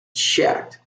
checked